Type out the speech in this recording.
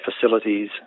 facilities